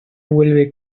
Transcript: vuelve